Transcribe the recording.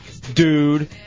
Dude